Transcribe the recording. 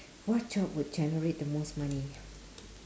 what job would generate the most money